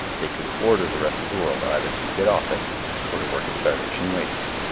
they could order the rest of the world either to get off it or to work at starvation wages.